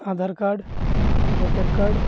Aadhaar card voter card